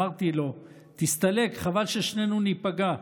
אמרתי לו: תסתלק, חבל ששנינו ניפגע,